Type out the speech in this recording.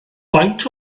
faint